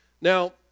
Now